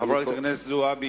חברת הכנסת זועבי,